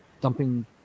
dumping